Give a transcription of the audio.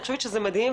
אני חושבת שזה מדהים.